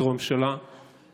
את ראש הממשלה מסית,